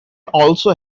also